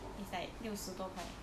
it's like 六十多块